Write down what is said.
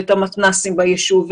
את המתנ"סים בישוב,